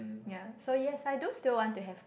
yea so yes I do still want to have